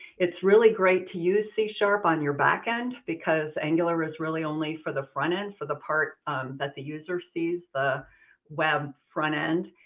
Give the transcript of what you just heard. it's really great to use c sharp on your backend because angular is really only for the front end. so the part that the user sees, the web front end.